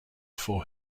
for